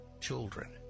children